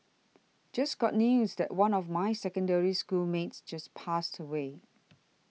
just got news that one of my Secondary School mates just passed away